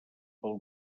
pel